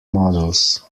models